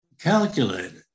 calculated